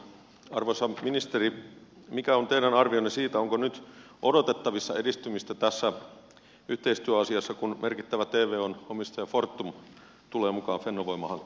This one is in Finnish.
arvoisa ministeri mikä on teidän arvionne siitä onko nyt odotettavissa edistymistä tässä yhteistyöasiassa kun merkittävä tvon omistaja fortum tulee mukaan fennovoima hankkeeseen